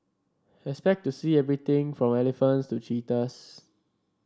expect to see everything from elephants to cheetahs